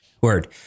Word